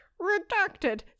redacted